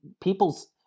people's